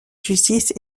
justice